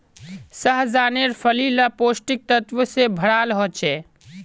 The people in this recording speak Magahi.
सह्जानेर फली ला पौष्टिक तत्वों से भराल होचे